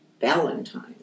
Valentine